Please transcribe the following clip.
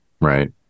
right